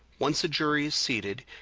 once a jury is seated,